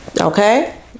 okay